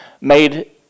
made